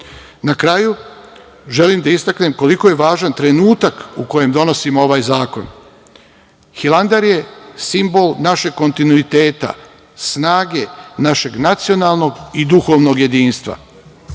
kraju, želim da istaknem koliko je važan trenutak u kojem donosimo ovaj zakon. Hilandar je simbol našeg kontinuiteta, snage našeg nacionalnog i duhovnog jedinstva,